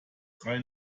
try